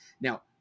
Now